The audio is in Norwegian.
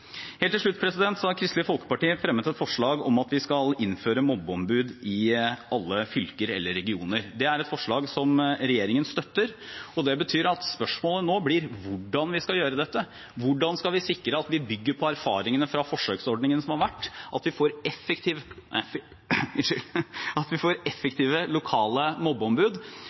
Helt til slutt: Kristelig Folkeparti har fremmet et forslag om at vi skal innføre mobbeombud i alle fylker eller regioner. Det er et forslag som regjeringen støtter. Det betyr at spørsmålet nå blir hvordan vi skal gjøre dette, hvordan vi skal sikre at vi bygger på erfaringene fra forsøksordningene som har vært, at vi får effektive lokale mobbeombud, og at vi får